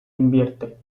invierte